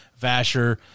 Vasher